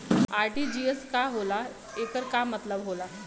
RTGS का होला एकर का मतलब होला?